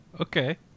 Okay